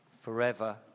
Forever